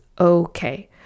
okay